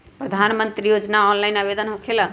प्रधानमंत्री योजना ऑनलाइन आवेदन होकेला?